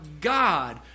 God